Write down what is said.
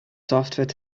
software